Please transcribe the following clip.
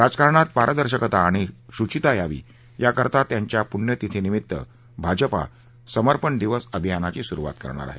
राजकारणात पारदर्शकता आणि शुचिता यावी याकरता त्यांच्या पुण्यतिथी निमित्त भाजपा समर्पण दिवस अभियानाची सुरुवात करणार आहे